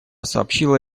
сообщила